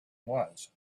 was